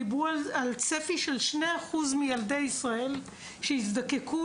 דיברו על צפי של 2% מילדי ישראל שיזדקקו